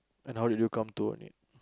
and how did you come to own it